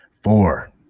Four